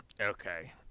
Okay